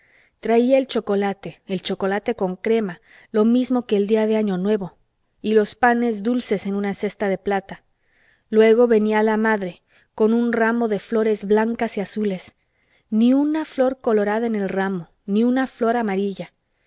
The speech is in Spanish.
traía el chocolate el chocolate con crema lo mismo que el día de año nuevo y los panes dulces en una cesta de plata luego venía la madre con un ramo de flores blancas y azules ni una flor colorada en el ramo ni una flor amarilla